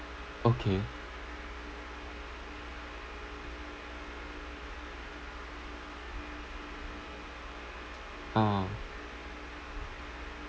okay ah